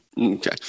Okay